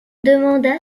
demanda